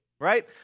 right